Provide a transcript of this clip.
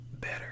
better